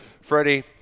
Freddie